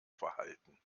verhalten